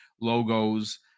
logos